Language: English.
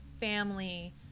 family